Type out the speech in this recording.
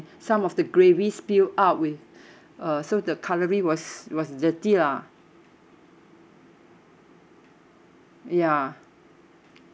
some of the gravy spill out with uh so the cutleries was was dirty lah ya